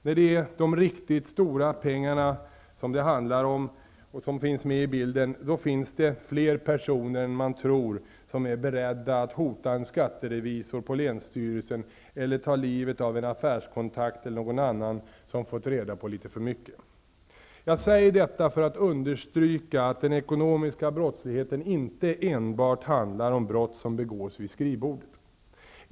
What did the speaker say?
När det är riktigt stora pengar med i bilden finns det fler personer än man tror som är beredda att hota en skatterevisor på länsstyrelsen eller ta livet av en affärskontakt eller någon annan som fått reda på litet för mycket. Jag säger detta för att understryka att den ekonomiska brottsligheten inte enbart handlar om brott som begås vid skrivbordet.